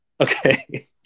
Okay